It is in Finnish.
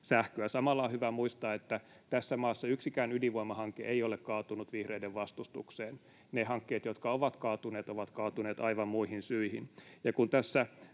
Samalla on hyvä muistaa, että tässä maassa yksikään ydinvoimahanke ei ole kaatunut vihreiden vastustukseen. Ne hankkeet, jotka ovat kaatuneet, ovat kaatuneet aivan muihin syihin.